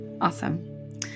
Awesome